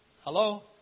Hello